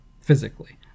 physically